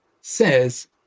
says